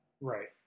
Right